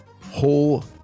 whole